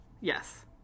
yes